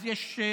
אז יש שיבוץ.